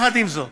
יחד עם זאת,